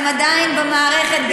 הם עדיין במערכת,